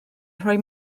rhoi